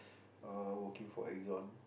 uh working for Exon